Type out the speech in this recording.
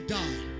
die